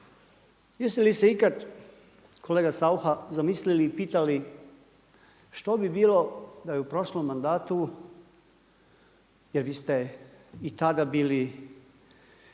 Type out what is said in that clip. Jeste li se ikad kolega Saucha zamislili i pitali što bi bilo da je u prošlom mandatu, jer vi ste i tada bili